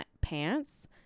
pants